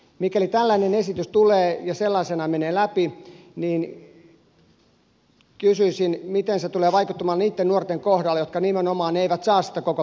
mikäli tällainen esitys tulee ja sellaisenaan menee läpi niin kysyisin miten se tulee vaikuttamaan niitten nuorten kohdalla jotka nimenomaan eivät saa sitä kokopäivätyötä